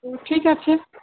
তো ঠিক আছে